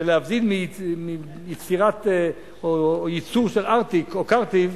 להבדיל מייצור של ארטיק או קרטיב,